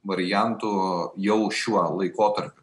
variantų jau šiuo laikotarpiu